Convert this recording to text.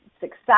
success